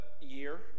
year